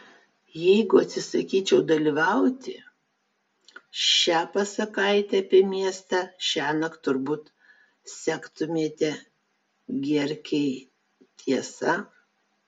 jeigu atsisakyčiau dalyvauti šią pasakaitę apie miestą šiąnakt turbūt sektumėte gierkei tiesa